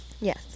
Yes